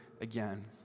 again